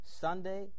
Sunday